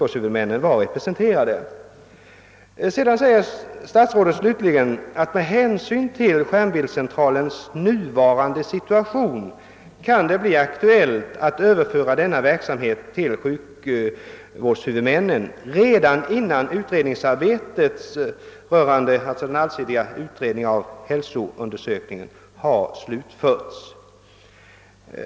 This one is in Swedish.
Slutligen säger statsrådet att det med hänsyn till skärmbildscentralens nuvarande situation kan bli aktuellt att överföra denna verksamhet till sjukvårdshuvudmännen, redan innan den allsidiga utredningen beträffande hälsoundersökningen har slutförts.